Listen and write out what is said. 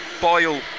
Boyle